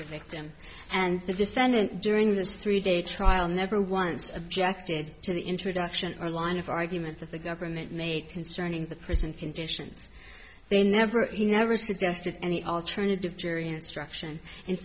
the victim and the defendant during this three day trial never once objected to the introduction or line of argument that the government made concerning the prison conditions they never he never suggested any alternative jury instruction in